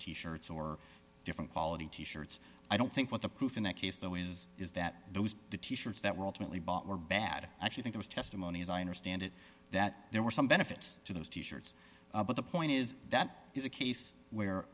t shirts or different quality t shirts i don't think what the proof in that case though is is that those to t shirts that were ultimately bought were bad i actually think it was testimony as i understand it that there were some benefits to those t shirts but the point is that is a case where